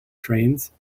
trains